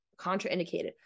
contraindicated